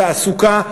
תעסוקה.